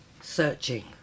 searching